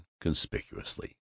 conspicuously